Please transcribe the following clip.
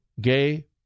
Gay